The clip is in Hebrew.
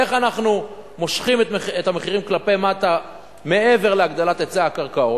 איך אנחנו מושכים את המחירים כלפי מטה מעבר להגדלת היצע הקרקעות?